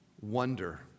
wonder